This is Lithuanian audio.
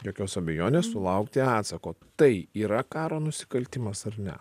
jokios abejonės sulaukti atsako tai yra karo nusikaltimas ar ne